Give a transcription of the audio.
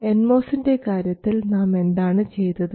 N മോസിൻറെ കാര്യത്തിൽ നാം എന്താണ് ചെയ്തത്